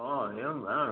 ओ एवं वा